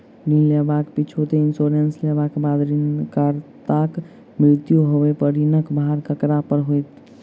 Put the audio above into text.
ऋण लेबाक पिछैती इन्सुरेंस लेबाक बाद ऋणकर्ताक मृत्यु होबय पर ऋणक भार ककरा पर होइत?